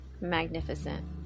magnificent